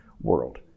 world